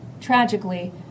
tragically